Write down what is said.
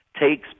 takes